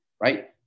right